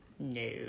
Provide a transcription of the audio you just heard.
No